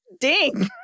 ding